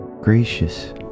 Gracious